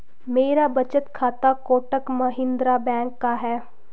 मेरा बचत खाता कोटक महिंद्रा बैंक का है